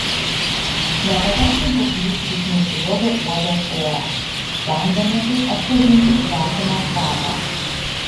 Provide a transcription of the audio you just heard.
nepatenkintas jis vis nesiliovė uodęs orą stengdamasis atpažinti svetimą kvapą